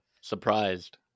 Surprised